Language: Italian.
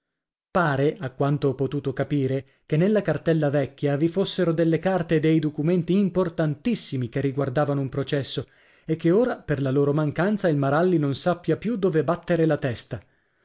pare a quanto ho potuto capire che nella cartella vecchia vi fossero delle carte e dei documenti importantissimi che riguardavano un processo e che ora per la loro mancanza il maralli non sappia più dove battere la testa